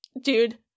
dude